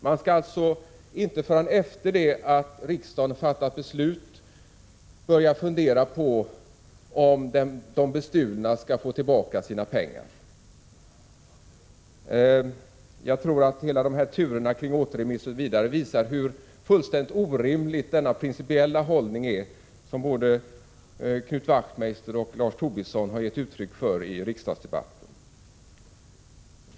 Man skall alltså inte förrän efter det att riksdagen fattat beslut börja fundera på om de bestulna skall få tillbaka sina pengar. Jag tror att alla dessa turer kring återremissen visar hur fullständigt orimlig denna principella hållning är för både Knut Wachtmeister och Lars Tobisson som givit uttryck för den i riksdagsdebatten.